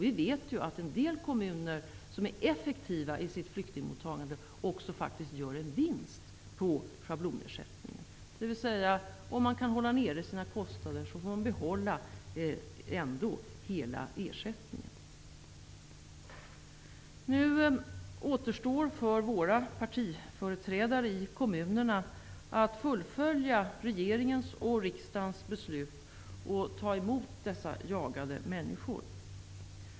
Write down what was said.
Vi vet att en del kommuner som är effektiva i sitt flyktingmottagande också faktiskt gör en vinst på schablonersättningen. Om de kan hålla nere sina kostnader får de ändå behålla hela ersättningen. Nu återstår det för våra partiföreträdare i kommunerna att fullfölja regeringens och riksdagens beslut och ta emot dessa jagade människor.